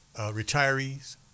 retirees